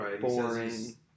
boring